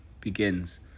begins